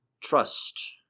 Trust